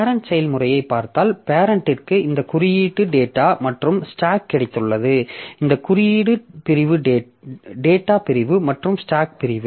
parent செயல்முறையைப் பார்த்தால் பேரெண்ட்டிற்கு இந்த குறியீடு டேட்டா மற்றும் ஸ்டாக் கிடைத்துள்ளது இந்த குறியீடு பிரிவு டேட்டா பிரிவு மற்றும் ஸ்டாக் பிரிவு